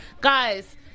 guys